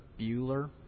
Bueller